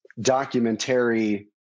documentary